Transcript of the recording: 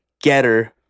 Getter